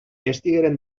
estigueren